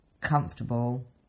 comfortable